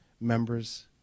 members